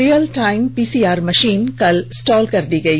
real time PCR machine कल stall कर दी गई